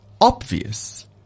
obvious